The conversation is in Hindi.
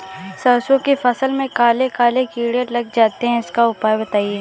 सरसो की फसल में काले काले कीड़े लग जाते इसका उपाय बताएं?